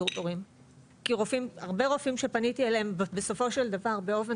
כי הרבה רופאים שפניתי אליהם בסופו של דבר באופן